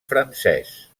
francès